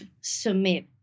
submit